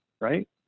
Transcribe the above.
right